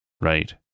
right